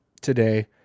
today